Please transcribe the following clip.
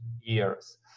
years